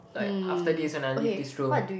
like after this when I leave this room